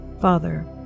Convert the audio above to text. father